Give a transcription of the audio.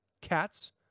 cats